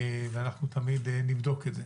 ואנחנו תמיד נבדוק את זה.